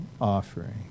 offering